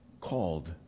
called